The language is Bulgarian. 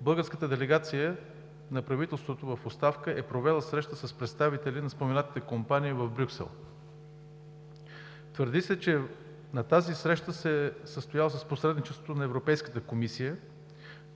българската делегация на правителството в оставка е провела среща с представители на споменатите компании в Брюксел. Твърди се, че тази среща се е състояла с посредничеството на Европейската комисия,